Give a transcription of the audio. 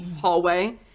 hallway